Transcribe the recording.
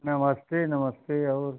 नमस्ते नमस्ते और